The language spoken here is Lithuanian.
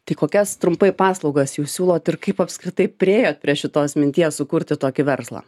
tai kokias trumpai paslaugas jūs siūlot ir kaip apskritai priėjot prie šitos minties sukurti tokį verslą